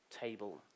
table